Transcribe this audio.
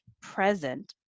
present